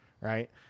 right